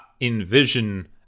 envision